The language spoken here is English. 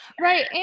right